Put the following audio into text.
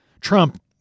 Trump